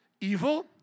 evil